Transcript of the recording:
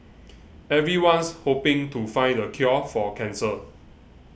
everyone's hoping to find the cure for cancer